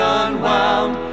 unwound